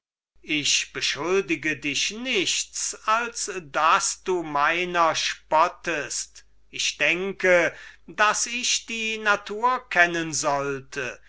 ich beschuldige dich nichts als daß du meiner spottest ich denke daß ich die natur kennen sollte